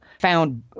found